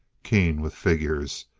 keen with figures.